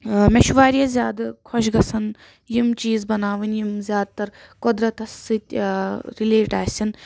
مےٚ چھُ واریاہ زیادٕ خۄش گژھان یِم چیٖز بَناوٕنۍ یِم زیادٕ تر قۄدرَتَس سۭتۍ رِلیٚٹ آسن